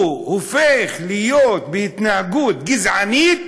הוא הופך להיות עם התנהגות גזענית